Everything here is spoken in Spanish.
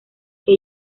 que